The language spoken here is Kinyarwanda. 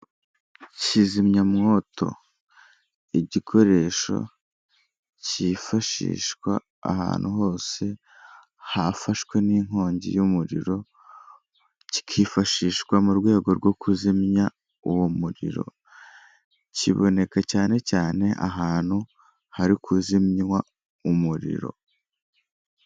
Ibicupa binini, amaji ndetse n'ibindi bicuruzwa bigezweho usanga bihenze cyane mu masoko acuruza ibiribwa mu mujyi wa Kigali abantu benshi babigana barinubira igiciro kiri hejuru.